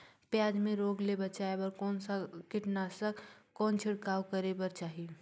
पियाज मे रोग ले बचाय बार कौन सा कीटनाशक कौन छिड़काव करे बर चाही?